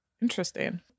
interesting